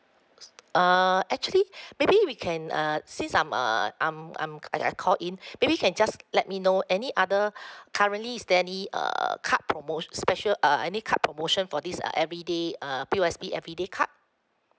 s~ err actually maybe we can uh see some uh I'm I'm k~ I I call in maybe you can just let me know any other currently is there any err card promoti~ special uh any card promotion for this uh everyday uh P_O_S_B everyday card